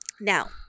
Now